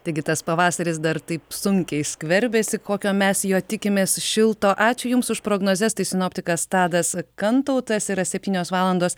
taigi tas pavasaris dar taip sunkiai skverbiasi kokio mes jo tikimės šilto ačiū jums už prognozes tai sinoptikas tadas kantautas yra septynios valandos